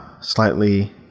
slightly